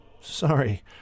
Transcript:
Sorry